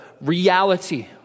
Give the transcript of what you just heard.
reality